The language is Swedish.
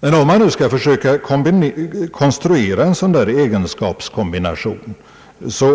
Men om man nu skall försöka konstruera en sådan där egenskapskombination,